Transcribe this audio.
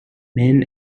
man